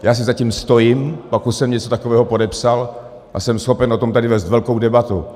Já si za tím stojím, pokud jsem něco takového podepsal, a jsem schopen o tom tady vést velkou debatu.